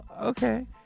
okay